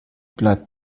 bleibt